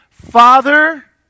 Father